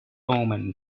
omen